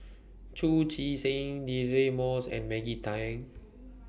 Chu Chee Seng Deirdre Moss and Maggie Teng